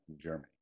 Germany